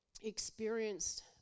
experienced